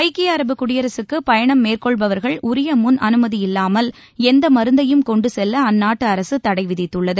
ஐக்கிய அரபு குடியரசுக்கு பயணம் மேற்கொள்பவர்கள் உரிய முன் அனுமதி இல்லாமல் எந்த மருந்தையும் கொண்டு செல்ல அந்நாட்டு அரசு தடை விதித்துள்ளது